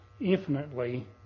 infinitely